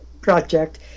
project